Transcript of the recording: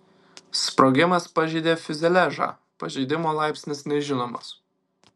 sprogimas pažeidė fiuzeliažą pažeidimo laipsnis nežinomas